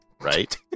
Right